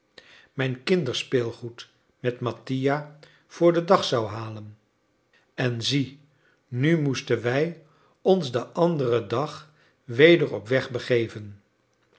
mijn kinderspeelgoed met mattia voor den dag zou halen en zie nu moesten wij ons den anderen dag weder op weg begeven